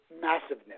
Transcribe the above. Massiveness